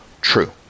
true